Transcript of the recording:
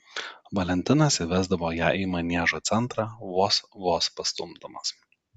valentinas įvesdavo ją į maniežo centrą vos vos pastumdamas